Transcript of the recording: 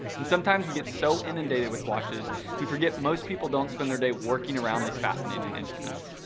and sometimes we get so inundated with watches we forget most people don't spend their day working around these fascinating instruments.